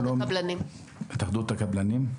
אני מהתאחדות הקבלנים.